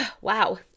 wow